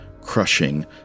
crushing